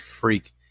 freak